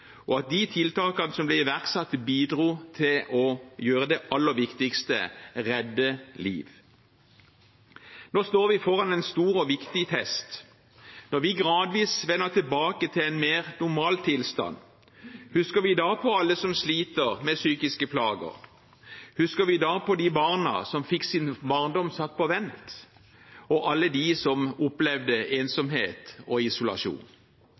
og at de tiltakene som ble iverksatt, bidro til å gjøre det aller viktigste: redde liv. Nå står vi foran en stor og viktig test når vi gradvis vender tilbake til en mer normal tilstand. Husker vi da på alle som sliter med psykiske plager? Husker vi da på de barna som fikk sin barndom satt på vent, og alle dem som opplevde ensomhet og isolasjon?